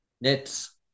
Nets